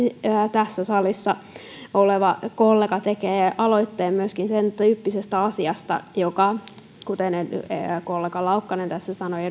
tässä salissa oleva kollega tekee aloitteen myöskin sentyyppisestä asiasta joka kuten kollega edustaja laukkanen tässä sanoi